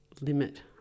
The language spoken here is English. limit